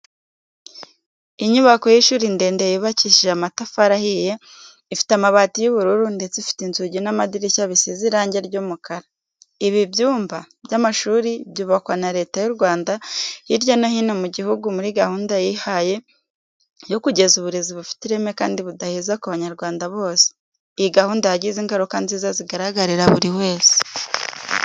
Inyubako y'ishuri ndende yubakishije amatafari ahiye, ifite amabati y'ubururu ndetse ifite inzugi n'amadirishya bisize irange ry'umukara. Ibi byumba by'amashuri byubakwa na Leta y'u Rwanda hirya no hino mu gihugu muri gahunda yihaye yo kugeza uburezi bufite ireme kandi budaheza ku banyarwanda bose. Iyi gahunda yagize ingaruka nziza zigaragarira buri wese.